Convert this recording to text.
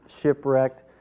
shipwrecked